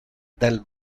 del